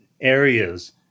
areas